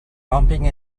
bumping